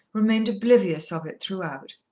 remained oblivious of it throughout.